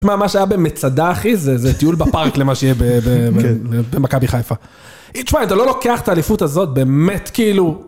תשמע, מה שהיה במצדה, אחי, זה טיול בפארק למה שיהיה במכבי חיפה. תשמע, אם אתה לא לוקח את האליפות הזאת, באמת, כאילו...